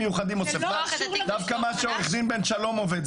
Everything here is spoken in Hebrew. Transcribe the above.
דווקא מה שעורך הדין בן שלום עובד,